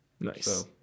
nice